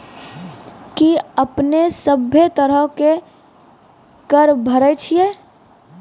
कि अपने सभ्भे तरहो के कर भरे छिये?